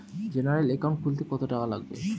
General account খুলতে কত টাকা লাগবে?